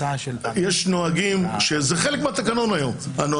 הנוהגים היום הם חלק מהתקנון.